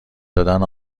دادن